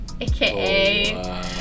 aka